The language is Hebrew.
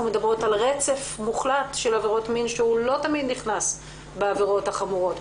מדברות על רצף מוחלט של עבירות מין שלא תמיד נכנס בעבירות החמורות.